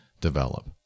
develop